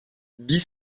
dix